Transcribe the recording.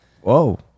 whoa